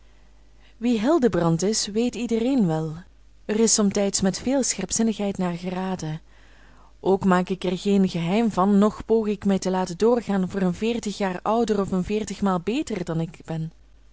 wie hildebrand is weet iedereen wel er is somtijds met veel scherpzinnigheid naar geraden ook maak ik er geen geheim van noch poog mij te laten doorgaan voor een veertig jaar ouder of een veertig maal beter dan ik ben